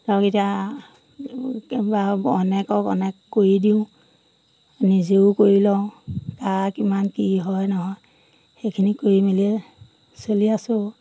ধৰক এতিয়া বা অনেকক অনেক কৰি দিওঁ নিজেও কৰি লওঁ কাৰ কিমান কি হয় নহয় সেইখিনি কৰি মেলিয়ে চলি আছোঁ